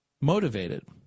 motivated